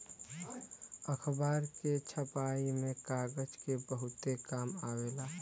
अखबार के छपाई में कागज के बहुते काम आवेला